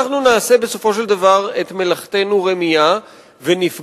אנחנו נעשה בסופו של דבר את מלאכתנו רמייה ונפגע